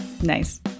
Nice